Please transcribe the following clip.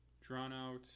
drawn-out